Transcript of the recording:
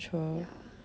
ya